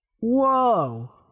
Whoa